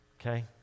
okay